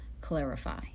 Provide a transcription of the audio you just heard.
clarify